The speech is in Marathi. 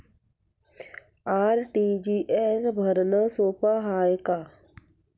आर.टी.जी.एस भरनं सोप हाय का?